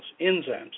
enzymes